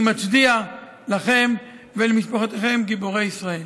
אני מצדיע לכם ולמשפחותיכם, גיבורי ישראל.